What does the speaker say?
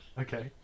Okay